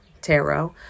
tarot